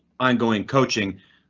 i'm going coaching.